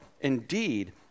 Indeed